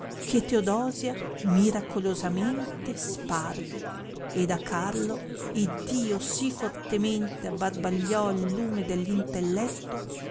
che teodosia miracolosamente sparve ed a carlo iddio sì fortemente abbarbagliò il lume dell